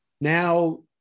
now